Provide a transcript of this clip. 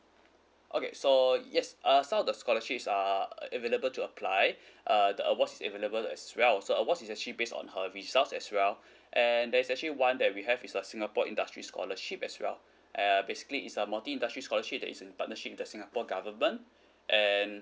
okay so yes uh some of the scholarships are available to apply uh the awards is available as well so awards is actually based on her results as well and there's actually one that we have is a singapore industry scholarship as well uh basically it's a multi industry scholarship that is in partnership with the singapore government and